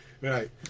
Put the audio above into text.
Right